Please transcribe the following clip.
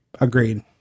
Agreed